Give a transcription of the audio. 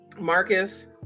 Marcus